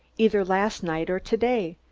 either last night or to-day.